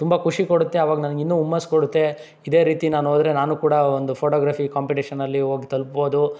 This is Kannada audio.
ತುಂಬ ಖುಷಿ ಕೊಡುತ್ತೆ ಅವಾಗ ನನ್ಗೆ ಇನ್ನೂ ಹುಮ್ಮಸ್ಸು ಕೊಡುತ್ತೆ ಇದೇ ರೀತಿ ನಾನು ಹೋದರೆ ನಾನೂ ಕೂಡ ಒಂದು ಫೋಟೋಗ್ರಫಿ ಕಾಂಪಿಟೀಷನಲ್ಲಿ ಹೋಗಿ ತಲುಪ್ಬೋದು